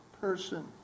person